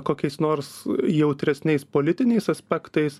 kokiais nors jautresniais politiniais aspektais